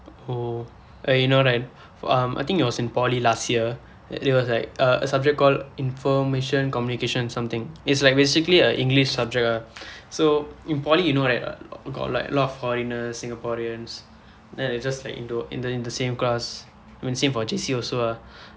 oh you know right for um I think it was in poly last year then it was like a a subject called information communication something it's like basically a english subject ah so in poly you know right got like lot of foreigners singaporeans then it's just like in the in the in the same class I mean same for J_C also